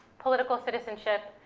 political citizenship,